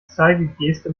zeigegeste